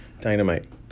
Dynamite